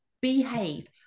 behave